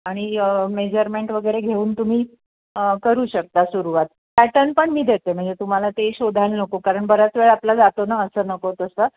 आणि मेजरमेंट वगैरे घेऊन तुम्ही करू शकता सुरवात पॅटर्न पण मी देते म्हणजे तुम्हाला तेही शोधायला नको कारण बराच वेळ आपला जातो ना असं नको तसं